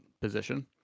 position